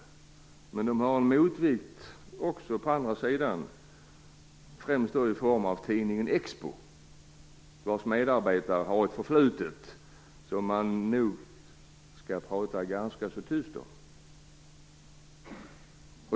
Men de har en motvikt på andra sidan också, främst i form av tidningen Expo vars medarbetare har ett förflutet som man nog skall prata ganska tyst om.